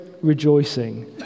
rejoicing